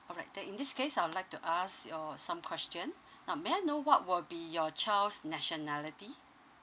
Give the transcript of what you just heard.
all right then in this case I would like to ask your some question now may I know what will be your child's nationality